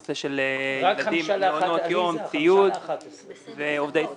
נושא של ילדים, מעונות יום, ציוד ועובדי סמך.